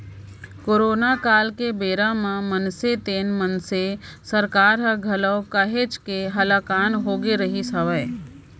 corona काल के बेरा म मनसे तेन मनसे सरकार ह घलौ काहेच के हलाकान होगे रिहिस हवय